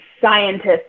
scientists